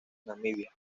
namibia